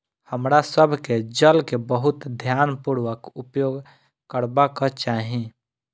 हमरा सभ के जल के बहुत ध्यानपूर्वक उपयोग करबाक चाही